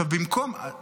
עכשיו, במקום,